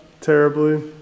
terribly